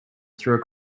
through